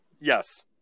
Yes